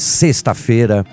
sexta-feira